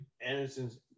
Anderson's